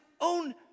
own